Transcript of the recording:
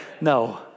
no